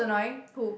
who